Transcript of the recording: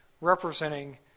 representing